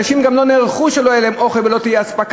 אנשים גם לא נערכו לכך שלא יהיה להם אוכל ולא תהיה אספקה.